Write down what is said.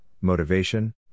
motivation